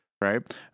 right